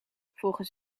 volgens